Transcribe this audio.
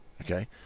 okay